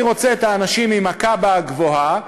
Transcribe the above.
אני רוצה את האנשים עם הקב"א הגבוהה,